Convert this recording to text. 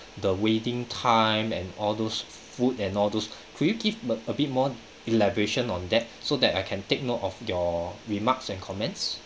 the waiting time and all those food and all those could you give uh a bit more elaboration on that so that I can take note of your remarks and comments